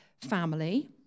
family